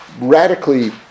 radically